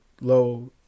low